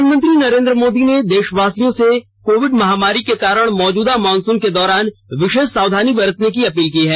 प्रधानमंत्री नरेन्द्र मोदी ने देशवासियों से कोविड महामारी के कारण मौजूदा मॉनसून के दौरान विशेष सावधानी बरतने की अपील की है